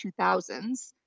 2000s